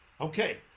Okay